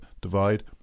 divide